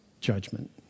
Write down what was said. judgment